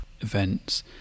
events